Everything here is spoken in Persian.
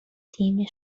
تیم